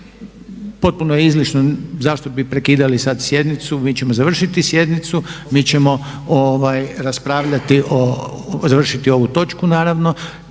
potpuno je izlišno zašto bi prekidali sad sjednicu. Mi ćemo završiti sjednicu. Mi ćemo ovaj raspravljati, završiti ovu točku naravno,